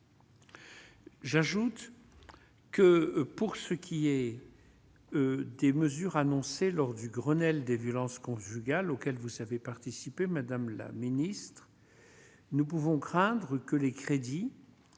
J'ajoute que, pour ce qui est des mesures annoncées lors du Grenelle des violences conjugales auxquelles vous savez participé Madame la Ministre, nous pouvons craindre que les crédits